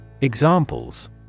Examples